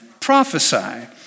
prophesy